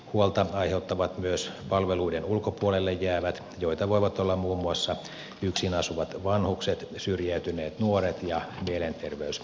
huolta aiheuttavat myös palveluiden ulkopuolelle jäävät joita voivat olla muun muassa yksin asuvat vanhukset syrjäytyneet nuoret ja mielenterveysongelmaiset